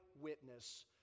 witness